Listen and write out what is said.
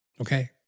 Okay